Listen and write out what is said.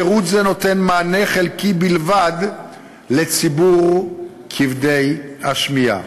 שירות זה נותן מענה חלקי בלבד לציבור כבדי השמיעה.